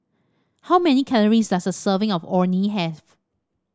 how many calories does a serving of Orh Nee have